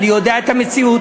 אני יודע את המציאות.